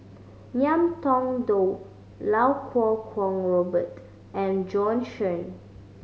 Ngiam Tong Dow Lau Kuo Kwong Robert and Bjorn Shen